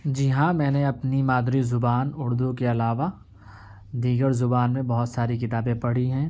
جی ہاں میں نے اپنی مادری زبان اردو کے علاوہ دیگر زبان میں بہت ساری کتابیں پڑھی ہیں